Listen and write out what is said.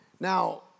Now